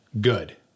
good